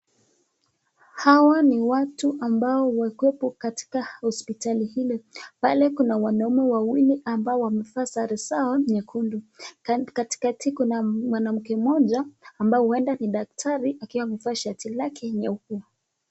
Hawa ni watu ambao wako hapo katika hospitali ile pale kuna wanaume wawili ambao wamevaa sare zao nyekundu katika kuna mwanamke mmoja ambaye huwenda ni daktari akiwa amevaa shati lake nyeupe.